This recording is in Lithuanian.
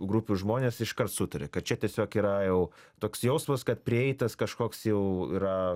grupių žmonės iškart sutarė kad čia tiesiog yra jau toks jausmas kad prieitas kažkoks jau yra